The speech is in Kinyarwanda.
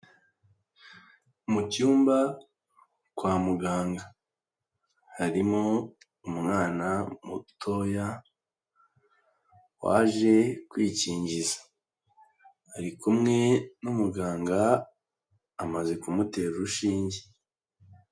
Mu cyumba kwa muganga harimo umwana mutoya, waje kwikingiza ari kumwe n'umuganga amaze kumutera urushinge.